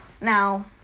Now